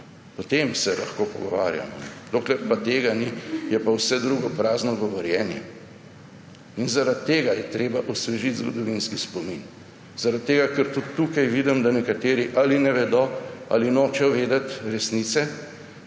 O tem se lahko pogovarjamo. Dokler tega ni, je pa vse drugo prazno govorjenje. In zaradi tega je treba osvežiti zgodovinski spomin. Zaradi tega ker tudi tukaj vidim, da nekateri ali ne vedo ali nočejo vedeti resnice,